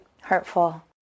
hurtful